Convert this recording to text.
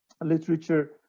literature